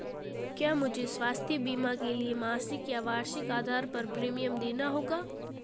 क्या मुझे स्वास्थ्य बीमा के लिए मासिक या वार्षिक आधार पर प्रीमियम देना होगा?